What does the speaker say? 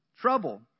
Trouble